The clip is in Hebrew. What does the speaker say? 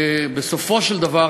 בסופו של דבר,